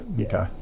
Okay